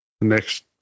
next